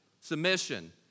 submission